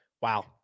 wow